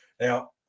Now